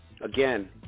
Again